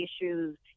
issues